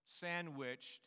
sandwiched